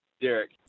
Derek